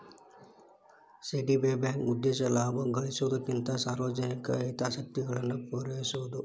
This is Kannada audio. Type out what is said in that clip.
ಸಿ.ಡಿ.ಬಿ ಬ್ಯಾಂಕ್ನ ಉದ್ದೇಶ ಲಾಭ ಗಳಿಸೊದಕ್ಕಿಂತ ಸಾರ್ವಜನಿಕ ಹಿತಾಸಕ್ತಿಗಳನ್ನ ಪೂರೈಸೊದು